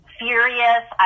furious